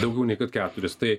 daugiau nei kad keturis tai